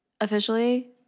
officially